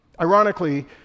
Ironically